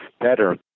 better